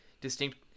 distinct